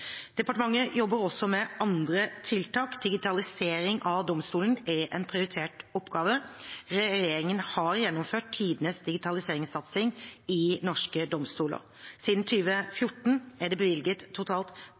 Departementet jobber også med andre tiltak. Digitalisering av domstolene er en prioritert oppgave. Regjeringen har gjennomført tidenes digitaliseringssatsing i norske domstoler. Siden 2014 er det bevilget totalt